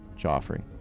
Joffrey